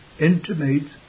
intimates